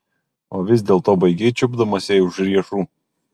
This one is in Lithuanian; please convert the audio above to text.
o vis dėlto baigei čiupdamas jai už riešų